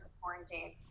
quarantine